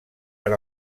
per